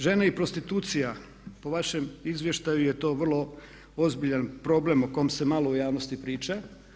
Žene i prostitucija po vašem izvještaju je to vrlo ozbiljan problem o kom se malo u javnosti priča.